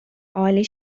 عالی